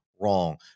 wrong